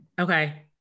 Okay